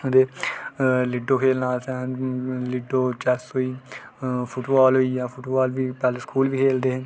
ते लीडो खेल्लना असें लीडो चैस्स होई फुटबॉल होई गेआ फुटबॉल बी पैह्लें स्कूल बी खेलदे हे